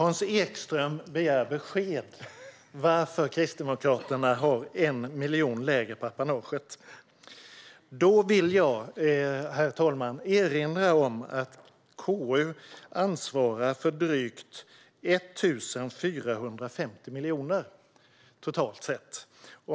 Herr talman! Hans Ekström begär besked om varför Kristdemokraterna har lagt 1 miljon mindre till apanaget. Jag vill erinra om att KU ansvarar för drygt 14,5 miljarder totalt sett, herr talman.